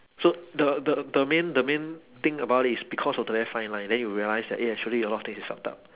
so the the the main the main thing about it is because of very fine line then you realise that eh actually a lot of things is fucked up